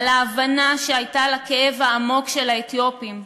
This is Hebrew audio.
על ההבנה שהייתה לכאב העמוק של האתיופים,